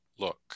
look